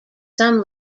some